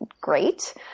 great